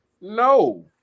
no